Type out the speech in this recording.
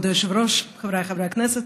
כבוד היושב-ראש, חבריי חברי הכנסת,